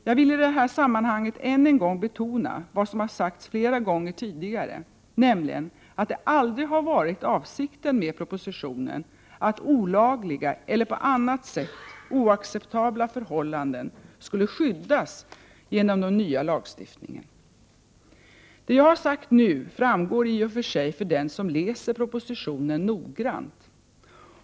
Jag vill i det här sammanhanget än en gång betona vad som har sagts flera gånger tidigare, nämligen att avsikten med propositionen aldrig har varit att olagliga eller på annat sätt oacceptabla förhållanden skulle skyddas genom den nya lagstiftningen. Det jag har sagt nu framgår i och för sig för den som läser propositionen noggrant.